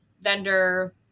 vendor